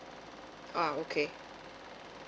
uh okay